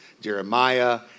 Jeremiah